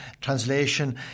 translation